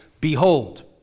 Behold